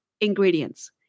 ingredients